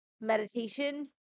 meditation